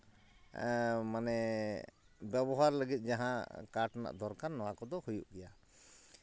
ᱢᱟᱱᱮ ᱵᱮᱵᱚᱦᱟᱨ ᱞᱟᱹᱜᱤᱫ ᱡᱟᱦᱟᱸ ᱠᱟᱴ ᱨᱮᱱᱟᱜ ᱫᱚᱨᱠᱟᱨ ᱱᱚᱣᱟ ᱠᱚᱫᱚ ᱦᱩᱭᱩᱜ ᱜᱮᱭᱟ